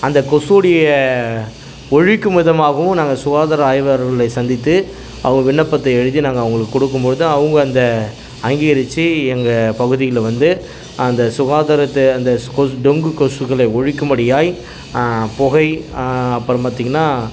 அந்த கொசுவுடைய ஒழிக்கும் விதமாகவும் நாங்கள் சுகாதார ஆய்வாளர்களை சந்தித்து அவங்க விண்ணப்பத்தை எழுதி நாங்கள் அவங்களுக்கு கொடுக்கும்பொழுது அவங்க அந்த அங்கீகரித்து எங்கள் பகுதியில் வந்து அந்த சுகாதாரத்தை அந்த ஸ் கொசு டொங்கு கொசுக்களை ஒழிக்கும்படியாக புகை அப்புறம் பார்த்தீங்கன்னா